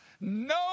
no